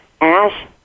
ASH